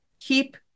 keep